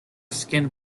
skinned